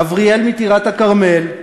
אבריאל מטירת-כרמל,